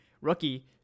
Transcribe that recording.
rookie